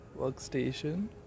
workstation